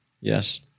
Yes